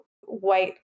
white